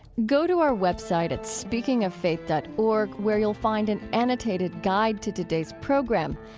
go to our website at speakingoffaith dot org where you'll find an annotated guide to today's program.